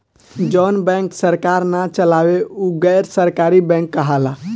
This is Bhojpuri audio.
जवन बैंक सरकार ना चलावे उ गैर सरकारी बैंक कहाला